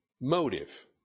Motive